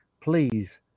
please